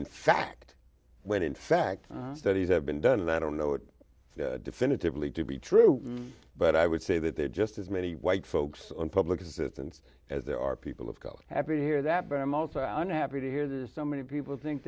in fact when in fact studies have been done and i don't know it definitively to be true but i would say that they are just as many white folks on public assistance as there are people of color happy to hear that but i'm also happy to hear that so many people think